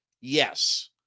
Yes